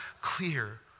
clear